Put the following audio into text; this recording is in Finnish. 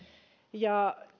ja